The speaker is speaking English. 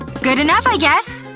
good enough, i guess!